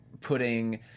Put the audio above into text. putting